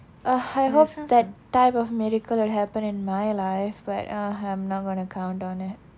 I hope that type of miracle will happen in my life but ah I'm not going to count on it